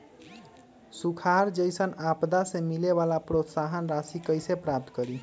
सुखार जैसन आपदा से मिले वाला प्रोत्साहन राशि कईसे प्राप्त करी?